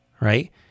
right